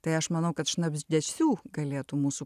tai aš manau kad šnabždesių galėtų mūsų